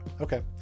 Okay